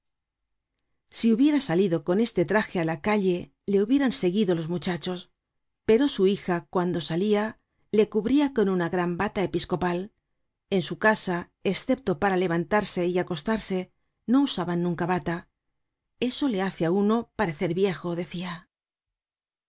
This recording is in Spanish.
si hubiera salido con este traje á la calle le hubieran seguido los muchachos pero su hija cuando salia le cubria con una gran bata episcopal en su casa escepto para levantarse y acostarse no usaban nunca bata eso le hace á uno parecer viejo decia